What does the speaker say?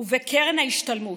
ובקרן ההשתלמות,